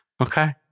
Okay